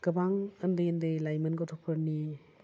गोबां उन्दै उन्दै लाइमोन गथ'फोरनि